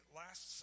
last